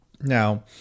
now